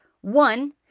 One